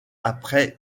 après